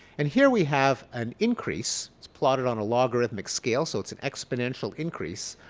and here we have an increase it's plotted on a logarithmic scale. so it's an exponential increase.